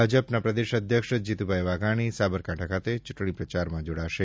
ભાજપના પ્રદેશ અધ્યક્ષ શ્રી જીતુભાઈ વાઘાણી સાબરકાંઠા ખાતે ચૂંટણી પ્રચારમાં જોડાશે